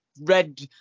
red